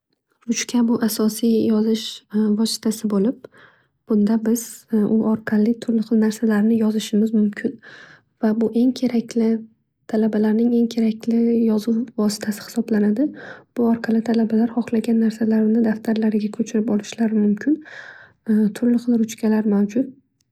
ruchka bu asosiy yozish vositasi bo'lib bunda biz u orqali turli xil narsalarni yozishimiz mumkin. Va bu eng kerakli talabalarning eng kerakli yozuv vositasi hisoblanadi. Bu orqali talabalar hohlagan narsalarini daftarlariga ko'chirib olishlari mumkin. Turli xil ruchkalar mavjud.